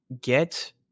Get